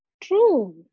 True